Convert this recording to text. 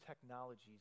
technologies